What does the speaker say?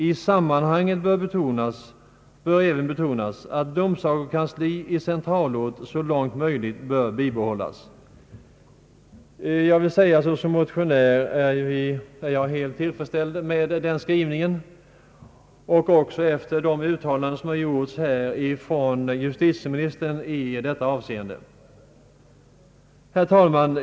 I sammanhanget bör även betonas att domsagokansli i centralort så långt möjligt bör bibehål Jas.» Som motionär är jag helt tillfredsställd med utskottets skrivning och särskilt efter det uttalande som justitieministern har gjort i denna fråga. Herr talman!